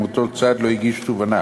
אם אותו צד לא הגיש תובענה,